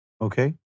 Okay